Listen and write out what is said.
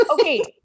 Okay